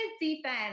defense